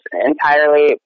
entirely